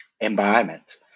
environment